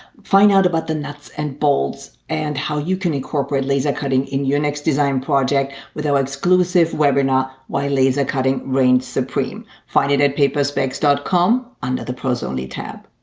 find out about the nuts and bolts and how you can incorporate laser cutting in your next design project with our exclusive webinar why laser cutting reigns supreme. find it at paperspecs dot com under the pros only tab.